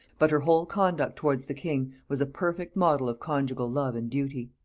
but her whole conduct towards the king was a perfect model of conjugal love and duty.